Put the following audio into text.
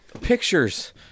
Pictures